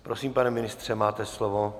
Prosím, pane ministře, máte slovo.